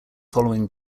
following